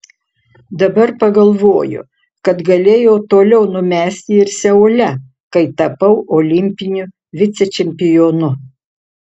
dabar pagalvoju kad galėjau toliau numesti ir seule kai tapau olimpiniu vicečempionu